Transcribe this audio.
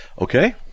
Okay